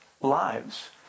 lives